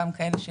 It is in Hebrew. ואת אלה שהם,